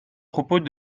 propos